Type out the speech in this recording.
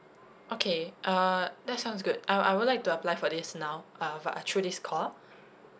okay uh that sounds good I I would like to apply for this now uh but uh through this call